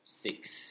Six